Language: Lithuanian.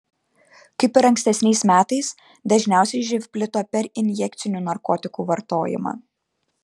kaip ir ankstesniais metais dažniausiai živ plito per injekcinių narkotikų vartojimą